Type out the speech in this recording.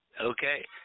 okay